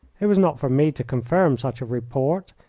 it was not for me to confirm such a report,